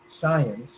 science